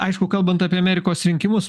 aišku kalbant apie amerikos rinkimus